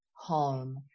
home